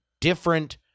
different